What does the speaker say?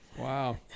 Wow